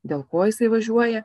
dėl ko jisai važiuoja